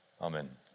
Amen